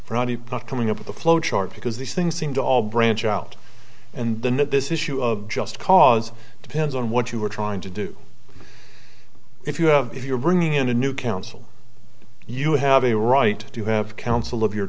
any not coming up with a flow chart because these things seem to all branch out and then that this issue of just cause depends on what you were trying to do if you have if you're bringing in a new counsel you have a right to have counsel of your